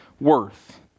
worth